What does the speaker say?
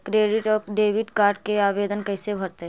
Credit और debit card के आवेदन कैसे भरैतैय?